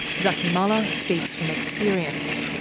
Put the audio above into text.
zaky mallah speaks from experience.